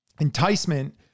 enticement